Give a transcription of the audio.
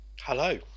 Hello